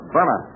Burma